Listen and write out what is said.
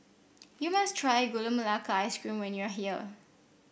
you must try Gula Melaka Ice Cream when you are here